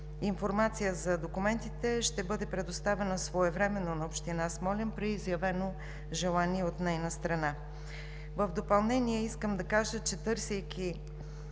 Информация за документите ще бъде предоставена своевременно на община Смолян при изявено желание от нейна страна. В допълнение искам да кажа, че Вие